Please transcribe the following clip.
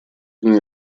мне